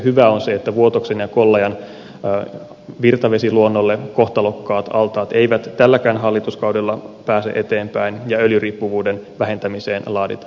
hyvää on se että vuotoksen ja kollajan virtavesiluonnolle kohtalokkaat altaat eivät tälläkään hallituskaudella pääse eteenpäin ja öljyriippuvuuden vähentämiseen laaditaan ohjelma